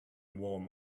warm